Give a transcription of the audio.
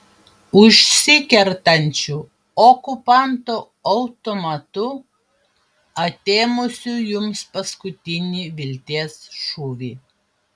užsikertančiu okupanto automatu atėmusiu jums paskutinį vilties šūvį